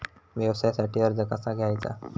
व्यवसायासाठी कर्ज कसा घ्यायचा?